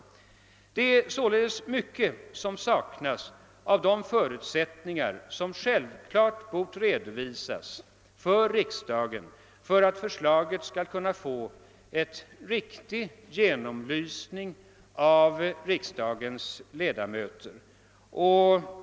Det är således mycket som saknas av de förutsättningar som självfallet bort redovisas för riksdagen för att förslaget skulle kunna ges en riktig genomlysning av riksdagens ledamöter.